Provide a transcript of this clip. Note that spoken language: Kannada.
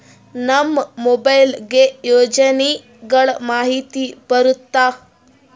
ನಮ್ ಮೊಬೈಲ್ ಗೆ ಯೋಜನೆ ಗಳಮಾಹಿತಿ ಬರುತ್ತ?